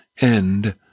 end